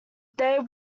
they